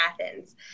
Athens